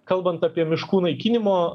kalbant apie miškų naikinimo